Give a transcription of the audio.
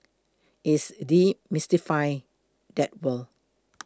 it's demystify that word